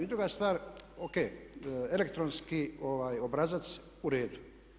I druga stvar, O.K., elektronski obrazac u redu.